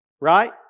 Right